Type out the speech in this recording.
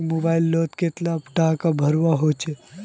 Mobile लोत कतला टाका भरवा होचे?